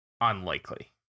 Unlikely